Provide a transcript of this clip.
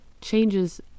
changes